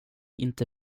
inte